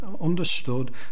understood